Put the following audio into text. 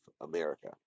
America